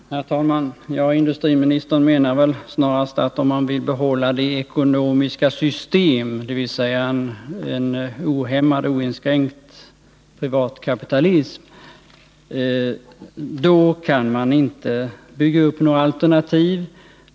Herr talman! Industriministern menar väl snarast, att om man vill behålla ett ekonomiskt system med en ohämmad och oinskränkt privatkapitalism, kan man inte bygga upp några alternativ.